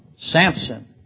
Samson